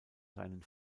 seinen